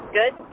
good